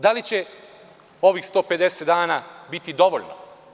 Da li će ovih 150 dana biti dovoljno?